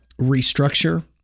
restructure